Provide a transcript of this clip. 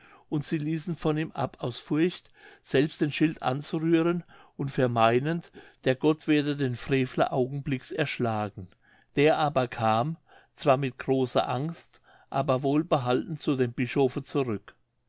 und sie ließen von ihm ab aus furcht selbst den schild anzurühren und vermeinend der gott werde den frevler augenblicks erschlagen der aber kam zwar mit großer angst aber wohlbehalten zu dem bischofe zurück